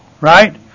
right